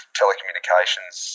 telecommunications